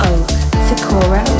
Sakura